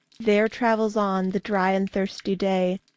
there travels on, the dry and thirsty day,